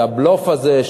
והבלוף הזה,